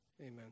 Amen